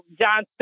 John